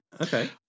Okay